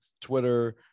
Twitter